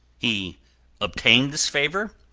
he obtained this favour